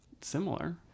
similar